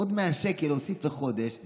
עוד 100 שקל להוסיף בחודש,